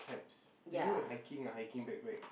types we do a hiking ah hiking backpack